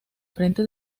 frente